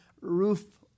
roof